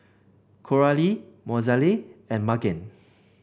Coralie Mozelle and Magen